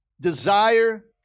desire